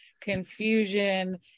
confusion